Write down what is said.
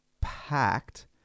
packed